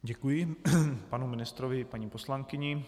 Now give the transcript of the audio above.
Děkuji panu ministrovi i paní poslankyni.